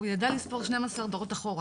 הוא ידע לספור 12 דורות אחורה.